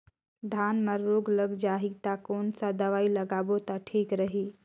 धान म रोग लग जाही ता कोन सा दवाई लगाबो ता ठीक रही?